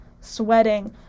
sweating